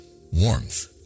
warmth